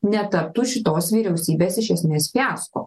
netaptų šitos vyriausybės iš esmės fiasko